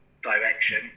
direction